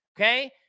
okay